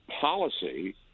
policy